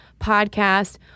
podcast